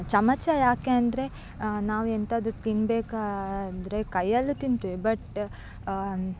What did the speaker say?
ಚಮಚ ಯಾಕೆಂದರೆ ನಾವೆಂತಾದ್ರು ತಿನ್ನಬೇಕಾದ್ರೆ ಕೈಯಲ್ಲಿ ತಿನ್ತೀವಿ ಬಟ್